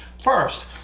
first